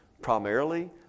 Primarily